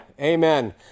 Amen